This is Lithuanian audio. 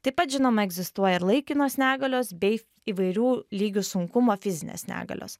taip pat žinoma egzistuoja ir laikinos negalios bei įvairių lygių sunkumo fizinės negalios